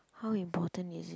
how important is it